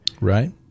Right